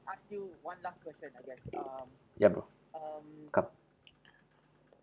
ya bro come